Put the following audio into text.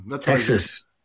Texas